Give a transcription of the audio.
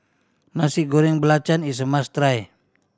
Nasi Goreng Belacan is a must try